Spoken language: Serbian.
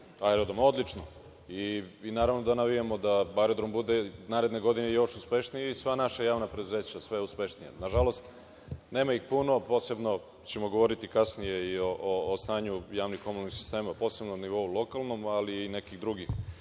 aerodroma. Odlično, i naravno da navijamo da aerodrom bude naredne godine još uspešniji i sva naša javna preduzeća sve uspešnija. Nažalost, nema ih puno, posebno ćemo govoriti kasnije i o stanju javnih komunalnih sistema. Posebno na lokalnom nivou, a i nekih drugih